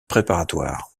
préparatoire